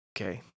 Okay